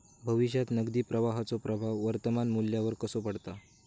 भविष्यात नगदी प्रवाहाचो प्रभाव वर्तमान मुल्यावर कसो पडता?